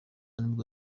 nibwo